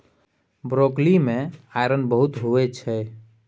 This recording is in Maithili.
ब्रॉकली मे आइरन बहुत होइ छै